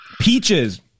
Peaches